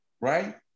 right